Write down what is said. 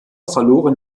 verloren